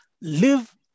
live